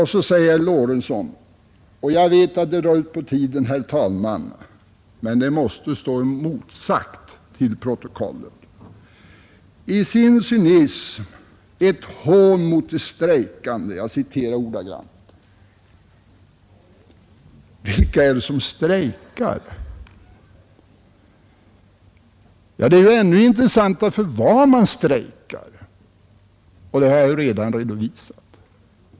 Herr Lorentzon påstår — jag vet att jag drar ut på tiden, herr talman, men det måste stå motsagt i protokollet — att regeringsförslaget är ”i sin cynism ett hån mot de strejkande”. Vilka är det som strejkar? Ännu intressantare är att fråga varför man strejkar. Det har jag redan redovisat.